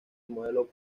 modelo